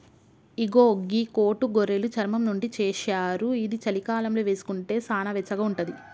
ఇగో గీ కోటు గొర్రెలు చర్మం నుండి చేశారు ఇది చలికాలంలో వేసుకుంటే సానా వెచ్చగా ఉంటది